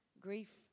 grief